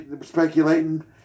speculating